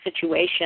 situation